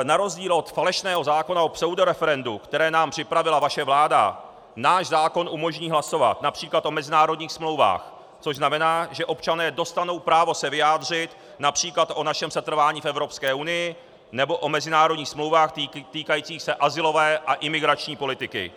Na rozdíl od falešného zákona o pseudoreferendu, které nám připravila vaše vláda, náš zákon umožní hlasovat například o mezinárodních smlouvách, což znamená, že občané dostanou právo se vyjádřit například o našem setrvání v Evropské unii nebo o mezinárodních smlouvách týkajících se azylové a imigrační politiky.